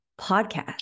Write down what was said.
podcast